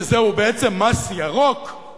שזהו בעצם מס ירוק,